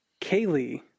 Kaylee